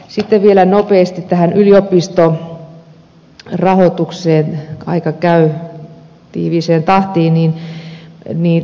sitten vielä nopeasti tähän yliopistorahoitukseen aika käy tiiviiseen tahtiin